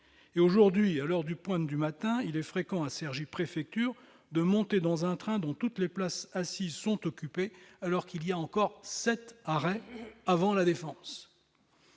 Aujourd'hui, à l'heure de pointe du matin, il est fréquent à Cergy-Préfecture de monter dans un train dont toutes les places assises sont occupées, alors qu'il y a encore sept arrêts avant La Défense.